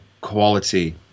quality